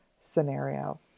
scenario